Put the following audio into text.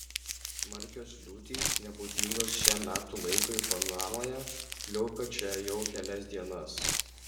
smarkios liūtys nebūdingos šiam metų laikui panamoje pliaupia čia jau kelias dienas